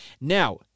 Now